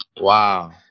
wow